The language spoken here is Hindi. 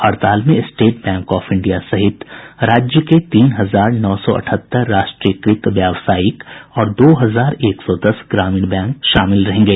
हड़ताल में स्टेट बैंक ऑफ इंडिया सहित राज्य के तीन हजार नौ सौ अठहत्तर राष्ट्रीयकृत व्यावसायिक और दो हजार एक सौ दस ग्रामीण बैंक शामिल रहेंगे